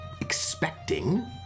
expecting